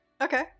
Okay